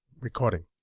Recording